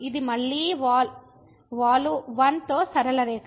ఇది మళ్ళీ వాలు 1 తో సరళ రేఖ